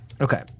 Okay